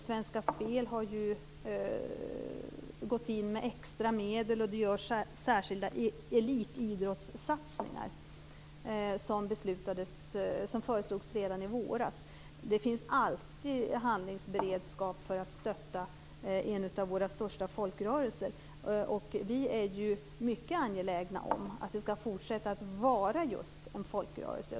Svenska spel har gått in med extra medel och det görs särskilda elitidrottssatsningar som föreslogs redan i våras. Det finns alltid handlingsberedskap för att stötta en av våra största folkrörelser. Vi är ju mycket angelägna om att det skall fortsätta att vara just en folkrörelse.